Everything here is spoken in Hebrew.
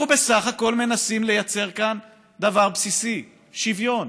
אנחנו בסך הכול מנסים לייצר כאן דבר בסיסי: שוויון.